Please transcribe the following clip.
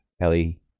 Ellie